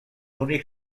únic